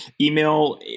Email